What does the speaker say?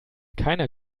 keiner